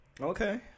okay